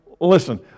Listen